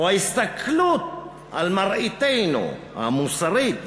או ההסתכלות על מראיתנו המוסרית,